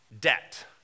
Debt